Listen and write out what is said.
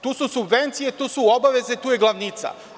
Tu su subvencije, tu su obaveze, tu je glavnica.